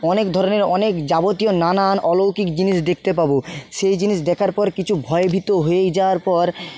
অনেক ধরনের অনেক যাবতীয় নানান অলৌকিক জিনিস দেখতে পাবো সেই জিনিস দেখার পর কিছু ভয়ে ভীত হয়ে যাওয়ার পর